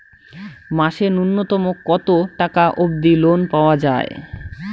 মাসে নূন্যতম কতো টাকা অব্দি লোন পাওয়া যায়?